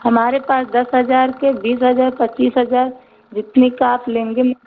हमारे पास दस हजार के बीस हजार पच्चीस हजार जितनी का आप लेंगे